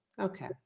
Okay